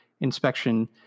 inspection